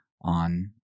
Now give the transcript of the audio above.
on